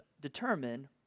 determine